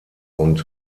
und